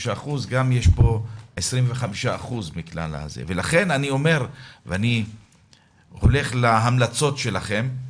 אחוז ההיפגעות שלהם הוא 25%. לכן אני הולך להמלצות שלכם.